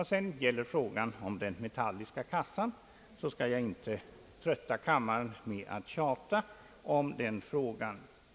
Vad sedan gäller frågan om den metalliska kassan skall jag inte trötta kammaren med att tjata om den frågan.